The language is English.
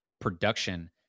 production